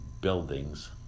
buildings